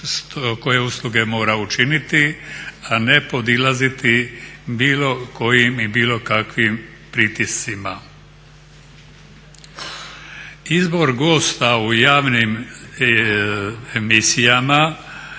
koje usluge mora učiniti, a ne podilaziti bilo kojim i bilo kakvim pritiscima. Izbor gosta u javnim emisijama